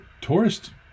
tourist